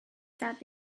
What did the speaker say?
that